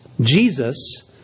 Jesus